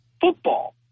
football